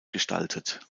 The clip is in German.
gestaltet